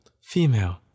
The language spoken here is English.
female